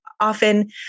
often